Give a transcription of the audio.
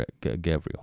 Gabriel